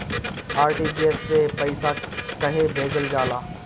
RTGS से पइसा कहे भेजल जाला?